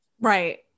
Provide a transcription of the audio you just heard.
Right